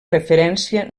referència